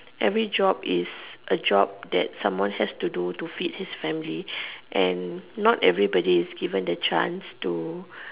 every job is a job that someone has to do to feed his family and not everybody is given the chance to